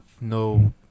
no